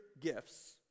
gifts